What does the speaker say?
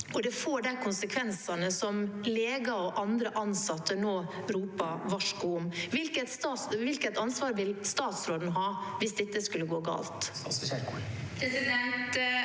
og det får de konsekvensene som leger og andre ansatte nå roper varsko om? Hvilket ansvar vil statsråden ha hvis dette skulle gå galt?